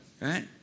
Right